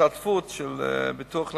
מההשתתפות של ביטוח לאומי,